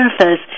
surface